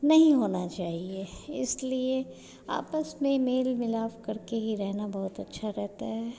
नहीं होना चाहिए इसलिए आपस में ही मेल मिलाप करके ही रहना बहुत अच्छा रहता है